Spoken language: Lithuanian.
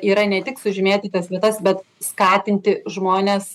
yra ne tik sužymėti tas vietas bet skatinti žmones